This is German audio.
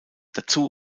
dazu